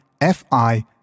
F-I